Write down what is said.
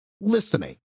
listening